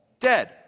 dead